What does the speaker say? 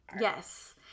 Yes